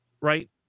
right